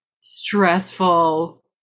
stressful